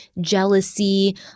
jealousy